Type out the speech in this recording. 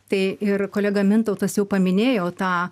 tai ir kolega mintautas jau paminėjo tą